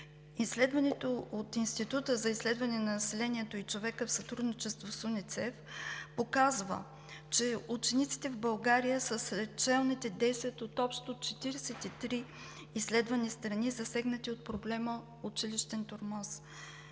Изследването от Института за изследване на населението и човека в сътрудничество с УНИЦЕФ показва, че учениците в България са сред челните десет от общо 43 изследвани страни, засегнати от проблема „училищен тормоз“.